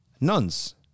nuns